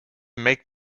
make